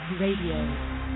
Radio